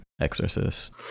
Exorcist